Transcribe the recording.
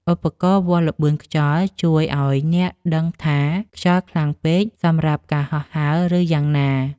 ឧបករណ៍វាស់ល្បឿនខ្យល់ ជួយឱ្យអ្នកដឹងថាខ្យល់ខ្លាំងពេកសម្រាប់ការហោះហើរឬយ៉ាងណា។